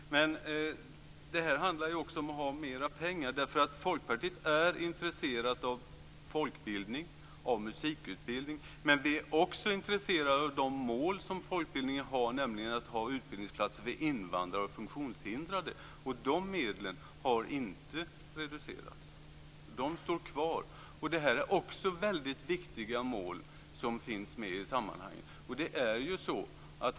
Fru talman! Det här handlar ju också om att ha mera pengar. Folkpartiet är intresserat av folkbildning, av musikutbildning, men vi är också intresserade av de mål som folkbildningen har, nämligen att ha utbildningsplatser för invandrare och funktionshindrade, och de medlen har inte reducerats; de står kvar. Det är också mycket viktiga mål som finns med i sammanhanget.